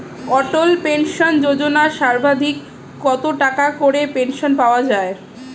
অটল pension যোজনা সর্বাধিক কত টাকা করে পেনশন পাওয়া যায়?